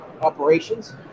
operations